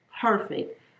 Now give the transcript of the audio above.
perfect